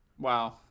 Wow